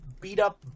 beat-up